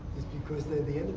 because they're the